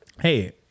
Hey